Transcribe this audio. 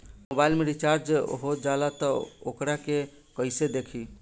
Mobile में recharge हो जाला त वोकरा के कइसे देखी?